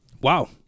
Wow